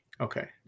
Okay